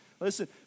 Listen